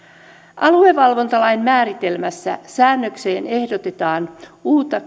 aluevalvontalain määritelmässä säännökseen ehdotetaan uutta